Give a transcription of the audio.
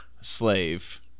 slave